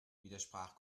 widersprach